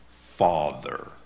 father